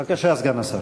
בבקשה, סגן השר.